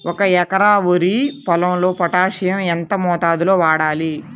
ఒక ఎకరా వరి పొలంలో పోటాషియం ఎంత మోతాదులో వాడాలి?